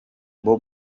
bob